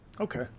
Okay